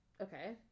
Okay